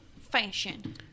fashion